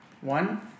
One